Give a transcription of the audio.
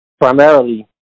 primarily